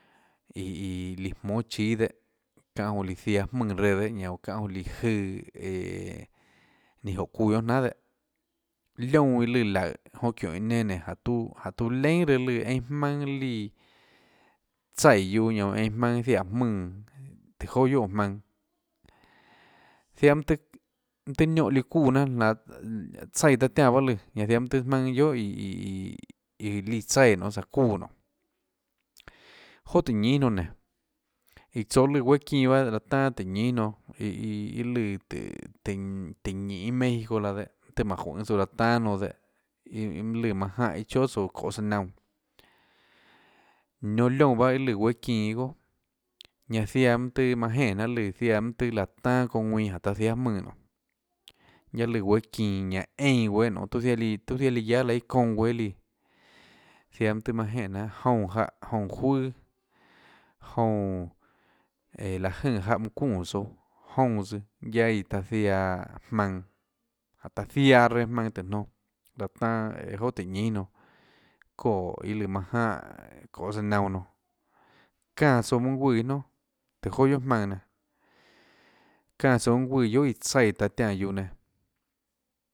Iã iå líã jmónâ chíâ dehâ çáhã jonã líã ziaã jmùnã reã dehâ ñanã oå ðáhã jonã líã jøã eee ninã jóhå çuuã guohà jnanà dehâ liónã iã lùã laùhå jonã çióhå iã nenã nénå jáhå tuã tuã leínà reã lùã einã jmaønâ líã tsaiè guiuã ñanã oå einã jmaønâ jiaè jmùnã tùhå joâ guiohà óå jmaønã zianã mønâ tøhê tøhê niónã çuúã jnanâ laå tsaíã taã tiánã baâ lùã ñanã ziaã mønâ tøhê jmaønâ guiohà iii líã tsaíã nonê ziáhã çuúã nonê joà tøhê ñínâ jnonã nénã iã tsoå lùã guéâ çinã bahâ raê tan tùhå ñínâ nonã iiã lùã tùhå tùhå nínê mexico laã dehâ mønâ tøhê juønê tsouã laê tanâ jnonã dehâ iâ manã lùã manã jáhã iâ chóà tsouã çoê søã naunã nionå liónã bahâ iâ lùã guéâ çinã iâ goà ñanã ziaã mønâ tøhê maø jenè jnanà ziaã mønâ tøhê lùã láhå tanâ çounã ðuinã taã jiáâ jmùnã nonê guiaâ lùã guéâ çinã ñanã eínã guéâ nonê tuã ziaã líã tuã ziaã líã guiáâ laã iâ çounã guéâ líã ziaã mønâ tøhê manã jenè jnanà joúnã jáhã joúnã juøà joúnã eee láhå jønè mønã çuunè tsouã joúnã tsøã guiâ iã taã ziaã jmaønã jáhå taã ziaã reã jmaønã tùhå jnonã láhå tanâ joà tùhå ñínâ jnonã ðoè iâ lùã manã jánhã çoê søã naunã jnonã çánã tsouã mønâ guùã iâ jnonà tùhå joà guiohà jmaønã nenã çánã tsouã mønâ guùã iã tsaíã taã tiánã guiuã nenã.